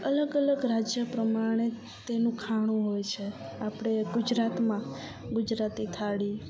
અલગ અલગ રાજ્ય પ્રમાણે તેનું ખાણું હોય છે આપણે ગુજરાતમાં ગુજરાતી થાળી